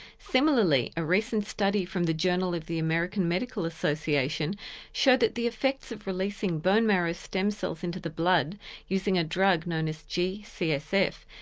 similarly, a recently study from the journal of the american medical association showed that the affects of releasing bone marrow stem cells into the blood using a drug known as gcsf,